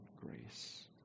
grace